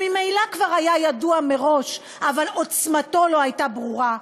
שממילא היה ידוע מראש, אבל עוצמתו לא הייתה ברורה,